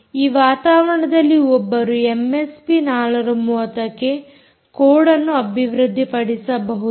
ಆ ವಾತಾವರಣದಲ್ಲಿ ಒಬ್ಬರು ಎಮ್ಎಸ್ಪಿ 430ಕ್ಕೆ ಕೋಡ್ ಅನ್ನು ಅಭಿವೃದ್ದಿಪಡಿಸಬಹುದು